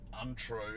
untrue